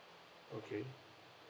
okay